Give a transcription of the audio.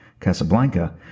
Casablanca